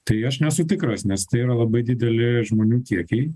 tai aš nesu tikras nes tai yra labai dideli žmonių kiekiai